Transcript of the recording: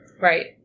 Right